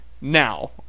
Now